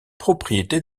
propriété